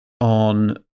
on